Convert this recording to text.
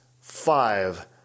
Five